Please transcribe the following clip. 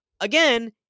Again